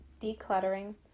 decluttering